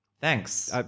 Thanks